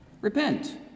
repent